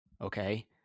okay